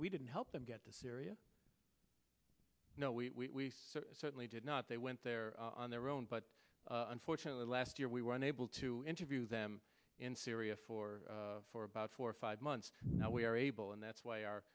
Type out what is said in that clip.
we didn't help them get to syria no we certainly did not they went there on their own but unfortunately last year we were unable to interview them in syria for for about four or five months that we are able and that's why our